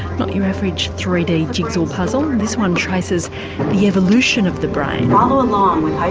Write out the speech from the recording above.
not your average three d jigsaw puzzle, this one traces the evolution of the brain. travel along with high